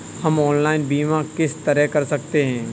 हम ऑनलाइन बीमा किस तरह कर सकते हैं?